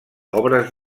obres